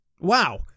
Wow